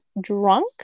drunk